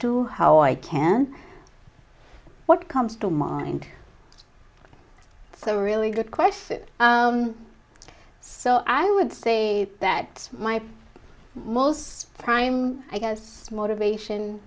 to how i can what comes to mind so really good question so i would say that my most prime i guess motivation